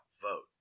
vote